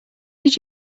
did